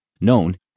known